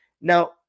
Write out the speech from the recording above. Now